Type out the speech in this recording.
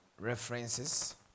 references